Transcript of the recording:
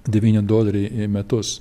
devyni doleriai į metus